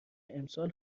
امسال